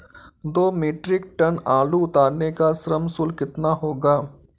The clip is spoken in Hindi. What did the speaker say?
दो मीट्रिक टन आलू उतारने का श्रम शुल्क कितना होगा?